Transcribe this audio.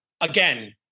again